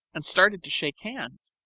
and started to shake hands,